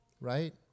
right